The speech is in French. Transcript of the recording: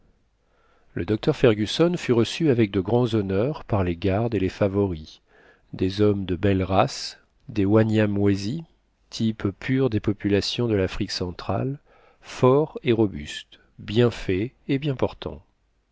le docteur fergusson fut reçu avec de grands honneurs par les gardes et les favoris des hommes de belle race des wanyamwezi type pur des populations de l'afrique centrale forts et robustes bien faits et bien portants